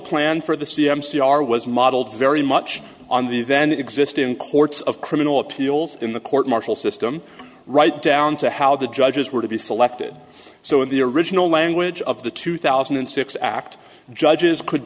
plan for the c m c r was modeled very much on the then exist in courts of criminal appeals in the court martial system right down to how the judges were to be selected so in the original language of the two thousand and six act judges could